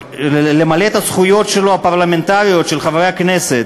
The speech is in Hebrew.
למלא את הזכויות הפרלמנטריות של חברי הכנסת,